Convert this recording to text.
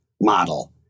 model